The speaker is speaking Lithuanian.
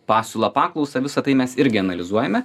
pasiūlą paklausą visa tai mes irgi analizuojame